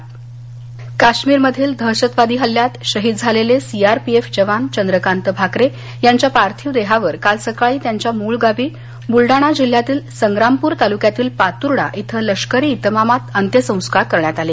अंत्यसंस्कार बलडाणा काश्मिरमधील दहशतवादी हल्ल्यात शहिद झालेले सीआरपीएफ जवान चंद्रकांत भाकरे यांच्या पार्थीव देहावर काल सकाळी त्यांच्या मुळ गावी बुलडाणा जिल्हयातील संग्रामपुर तालुक्यातील पातुर्डा इथं लष्करी इतमामात अंत्यसंस्कार करण्यात आले